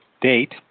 date